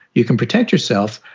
you can protect yourself.